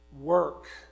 work